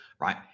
right